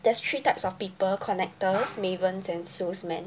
there's three types of people connectors mavens and salesmen